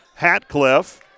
Hatcliffe